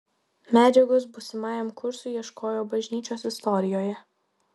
medžiagos būsimajam kursui ieškojo bažnyčios istorijoje